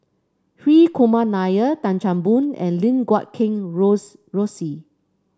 Hri Kumar Nair Tan Chan Boon and Lim Guat Kheng Rosie